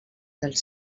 dels